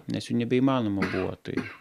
nes jau nebeįmanoma buvo tai